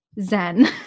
zen